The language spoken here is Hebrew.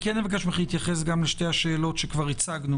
אבקש ממך להתייחס גם לשתי השאלות שכבר הצגנו